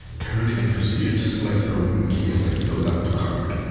turned and proceeded to select a room key as i filled out the card.